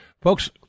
Folks